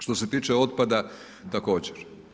Što se tiče otpada, također.